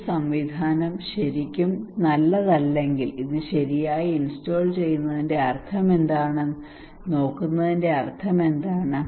ഈ സംവിധാനം ശരിക്കും നല്ലതല്ലെങ്കിൽ ഇത് ശരിയായി ഇൻസ്റ്റാൾ ചെയ്യുന്നതിന്റെ അർത്ഥമെന്താണെന്ന് നോക്കുന്നതിന്റെ അർത്ഥമെന്താണ്